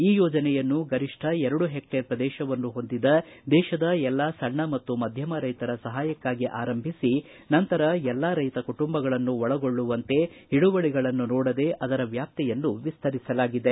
ಈ ಯೋಜನೆಯನ್ನು ಗರಿಷ್ಟ ಎರಡು ಹೆಕ್ಷೇರ್ ಪ್ರದೇಶವನ್ನು ಹೊಂದಿದ ದೇತದ ಎಲ್ಲಾ ಸಣ್ಣ ಮತ್ತು ಮಧ್ಯಮ ರೈತರ ಸಹಾಯಕ್ಕಾಗಿ ಆರಂಭಿಸಿ ನಂತರ ಎಲ್ಲಾ ರೈತ ಕುಟುಂಬಗಳನ್ನೂ ಒಳಗೊಳ್ಳುವಂತೆ ಹಿಡುವಳಗಳನ್ನು ನೋಡದೆ ಅದರ ವ್ಯಾಪ್ತಿಯನ್ನು ವಿಸ್ತರಿಸಲಾಗಿದೆ